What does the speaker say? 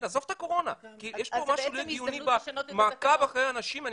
עזוב את הקורונה כי יש משהו לא הגיוני במעקב אחרי אנשים.